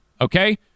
okay